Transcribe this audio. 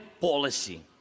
policy